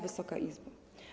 Wysoka Izbo!